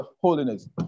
holiness